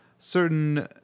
Certain